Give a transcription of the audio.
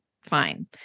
Fine